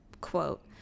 quote